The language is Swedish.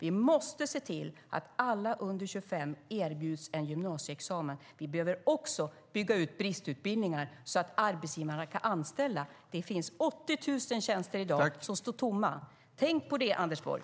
Vi måste se till att alla under 25 år erbjuds en gymnasieexamen. Vi behöver också bygga ut bristutbildningar så att arbetsgivarna kan anställa. Det finns 80 000 tjänster som står tomma i dag. Tänk på det, Anders Borg!